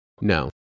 No